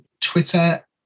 twitter